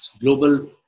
global